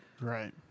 Right